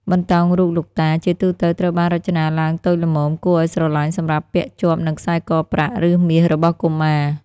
បន្តោងរូបលោកតា ជាទូទៅត្រូវបានរចនាឡើងតូចល្មម គួរឱ្យស្រឡាញ់ សម្រាប់ពាក់ជាប់នឹងខ្សែកប្រាក់ ឬមាសរបស់កុមារ។